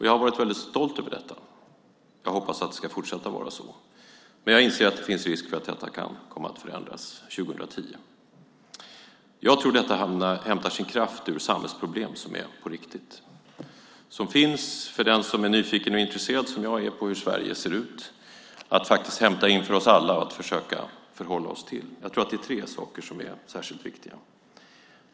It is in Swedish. Jag har varit mycket stolt över det. Jag hoppas att det ska fortsätta att vara så. Jag inser dock att det finns risk för att detta kan komma att förändras 2010. Jag tror att detta hämtar sin kraft ur samhällsproblem som är på riktigt och som finns för den som är nyfiken och intresserad, som jag är, av hur Sverige ser ut att hämta inför oss alla och att försöka förhålla oss till. Jag tror att det är tre saker som är särskilt viktiga.